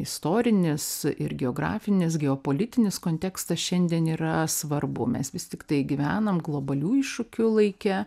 istorinis ir geografinis geopolitinis kontekstas šiandien yra svarbu mes vis tiktai gyvenam globalių iššūkių laike